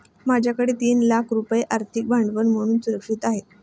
माझ्याकडे तीन लाख रुपये आर्थिक भांडवल म्हणून सुरक्षित आहेत